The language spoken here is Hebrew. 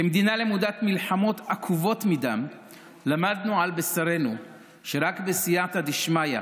כמדינה למודת מלחמות עקובות מדם למדנו על בשרנו שרק בסייעתא דשמיא,